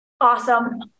Awesome